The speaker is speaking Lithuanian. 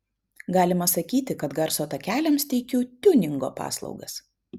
galima sakyti kad garso takeliams teikiu tiuningo paslaugas